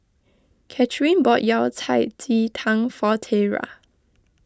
Kathrine bought Yao Cai Ji Tang for Tiera